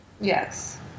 Yes